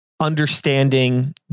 understanding